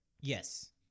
Yes